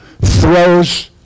throws